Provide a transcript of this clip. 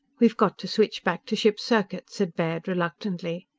we've got to switch back to ship's circuit, said baird reluctantly.